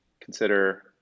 consider